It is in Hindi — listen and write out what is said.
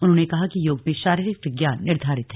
उन्होंने कहा कि योग में शारीरिक विज्ञान निर्धारित है